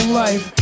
life